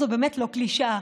זו באמת לא קלישאה,